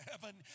heaven